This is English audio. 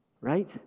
Right